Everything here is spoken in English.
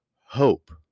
hope